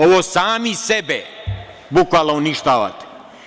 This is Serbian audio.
Ovo sami sebe bukvalno uništavate.